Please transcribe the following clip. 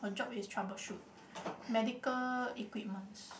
her job is troubleshoot medical equipments